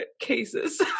cases